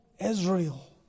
Israel